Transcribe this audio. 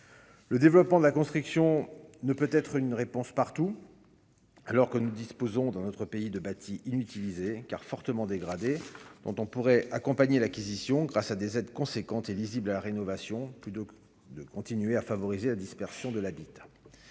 le développement de la construction ne peut être une réponse partout, alors que nous disposons dans notre pays de bâti inutilisé car fortement dégradée dont on pourrait accompagner l'acquisition grâce à des aides conséquentes et lisible à la rénovation plus de de continuer à favoriser la dispersion de l'habitat,